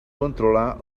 controlar